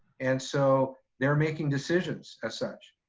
and so they're making decisions as such.